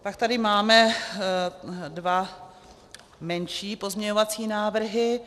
Pak tady máme dva menší pozměňovací návrhy.